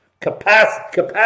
capacity